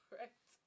right